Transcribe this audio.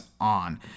on